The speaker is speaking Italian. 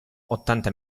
ottanta